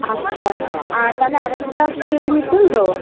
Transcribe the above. আচ্ছা আর তালে আড়াইশো টাকা করে কেজি নিচ্ছেন তো